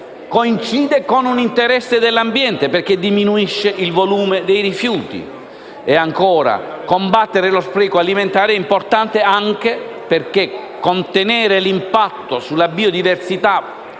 coincide con un interesse dell'ambiente, perché diminuisce il volume dei rifiuti. E ancora, combattere lo spreco alimentare è importante anche perché contenere l'impatto sulla biodiversità della